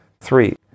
Three